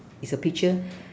is a picture